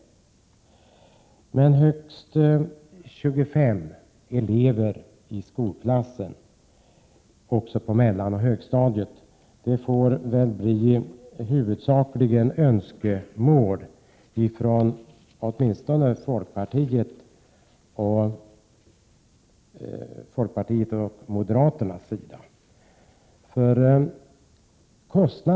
1987/88:123 högst 25 elever i skolklassen på mellanoch högstadiet får nog förbli 19 maj 1988 önskemål för åtminstone folkpartiet och moderaterna.